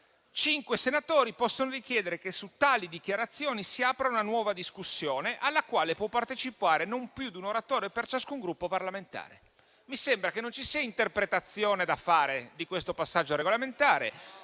senatori possono richiedere che su tali dichiarazioni si apra una nuova discussione, alla quale può partecipare non più di un oratore per ciascun Gruppo parlamentare». Mi sembra che non ci sia interpretazione da fare di questo passaggio regolamentare.